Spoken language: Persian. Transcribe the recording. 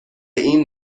این